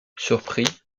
surpris